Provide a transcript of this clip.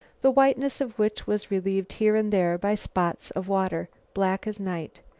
the whiteness of which was relieved here and there by spots of water, black as night.